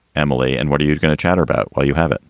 emily? and what are you going to chatter about? well, you have